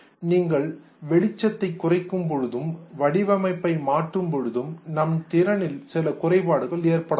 நீங்கள் வெளிச்சத்தை குறைக்கும் பொழுதும் வடிவமைப்பை மாற்றும் பொழுதும் நமது திறனில் சில குறைபாடுகள் ஏற்படலாம்